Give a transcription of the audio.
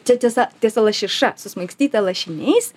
čia tiesa tiesa lašiša susmaigstyta lašiniais